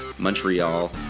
Montreal